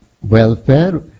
welfare